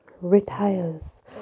retires